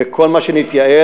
וכל מה שנתייעל,